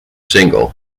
single